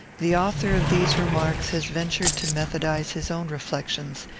the author of these remarks has ventured to methodize his own reflections,